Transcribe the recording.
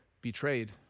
betrayed